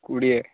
କୋଡ଼ିଏ